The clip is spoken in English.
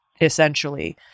essentially